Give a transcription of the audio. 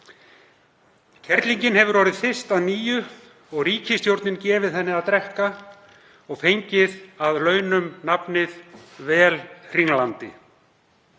Kerlingin hefur orðið þyrst að nýju og ríkisstjórnin gefið henni að drekka og fengið að launum nafnið Velhringlandi.